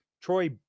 Troy